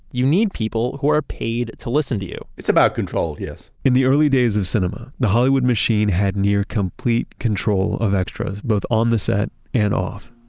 you need people who are paid to listen to you it's about control, yes in the early days of cinema, the hollywood machine had near-complete control of extras, both on the set and off.